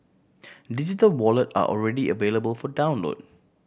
digital wallet are already available for download